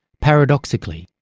paradoxically,